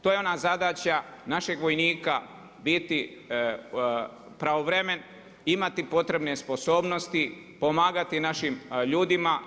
To je ona zadaća našeg vojnika biti pravovremeno, imati potrebne sposobnosti, pomagati našim ljudima.